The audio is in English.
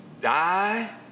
die